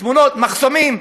תמונות: מחסומים,